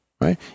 right